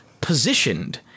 positioned